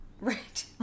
Right